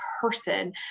person